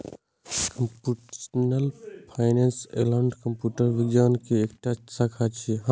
computational finance applied computer विज्ञान के एकटा शाखा छियै